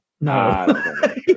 No